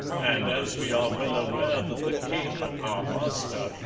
and as we are well aware that the king, our master,